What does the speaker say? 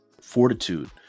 fortitude